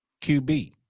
QB